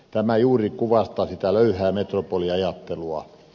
tämä juuri kuvastaa sitä löyhää metropoliajattelua